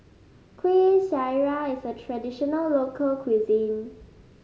Kueh Syara is a traditional local cuisine